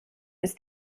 ist